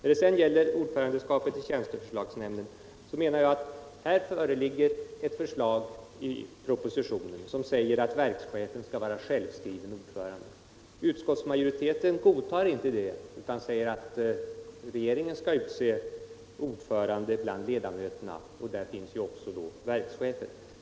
Beträffande ordförandeskapet i tjänsteförslagsnämnden föreslås i propositionen att verkschefen skall vara självskriven ordförande. Utskottsmajoriteten godtar inte det utan säger att regeringen skall utse ordförande bland ledamöterna, och bland dem finns då också verkschefen.